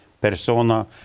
persona